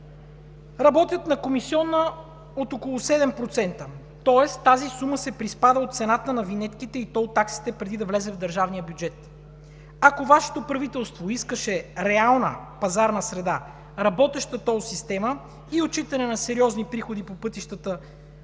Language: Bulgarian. работят на комисиона от около 7%, тоест тази сума се приспада от цената на винетките и тол таксите преди да влезе в държавния бюджет. Ако Вашето правителство искаше реална пазарна среда, работеща тол система и отчитане на сериозни приходи по пътищата